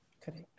Correct